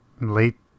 late